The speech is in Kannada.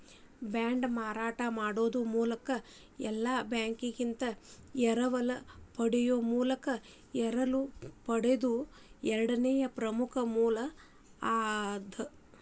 ಬಾಂಡ್ನ ಮಾರಾಟ ಮಾಡೊ ಮೂಲಕ ಇಲ್ಲಾ ಬ್ಯಾಂಕಿಂದಾ ಎರವಲ ಪಡೆಯೊ ಮೂಲಕ ಎರವಲು ಪಡೆಯೊದು ಎರಡನೇ ಪ್ರಮುಖ ಮೂಲ ಅದ